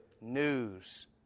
news